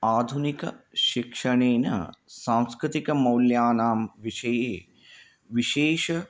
आधुनिक शिक्षणेन सांस्कृतिकमौल्यानां विषये विशेषम्